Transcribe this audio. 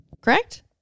correct